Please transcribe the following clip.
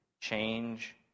change